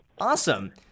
Awesome